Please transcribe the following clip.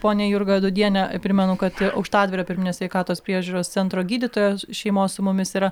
ponia jurga dūdiene primenu kad aukštadvario pirminės sveikatos priežiūros centro gydytoja šeimos su mumis yra